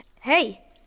Hey